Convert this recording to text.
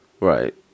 Right